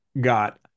got